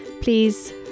please